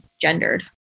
gendered